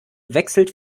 wechselt